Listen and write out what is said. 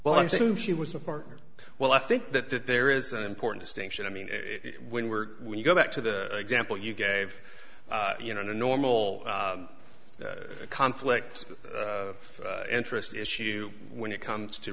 well i'm saying she was a partner well i think that that there is an important distinction i mean when we're when you go back to the example you gave you know normal conflicts of interest issue when it comes to